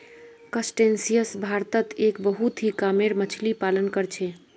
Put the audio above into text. crustaceans भारतत एक बहुत ही कामेर मच्छ्ली पालन कर छे